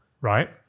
Right